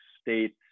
states